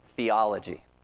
theology